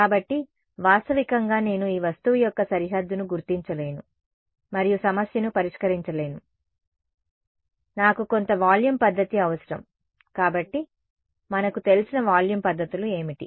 కాబట్టి వాస్తవికంగా నేను ఈ వస్తువు యొక్క సరిహద్దును గుర్తించలేను మరియు సమస్యను పరిష్కరించలేను నాకు కొంత వాల్యూమ్ పద్ధతి అవసరం కాబట్టి మనకు తెలిసిన వాల్యూమ్ పద్ధతులు ఏమిటి